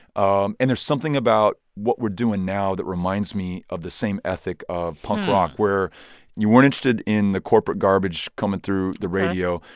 um and there's something about what we're doing now that reminds me of the same ethic of punk rock where you weren't interested in the corporate garbage coming through the radio.